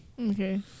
Okay